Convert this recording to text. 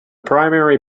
primary